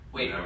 Wait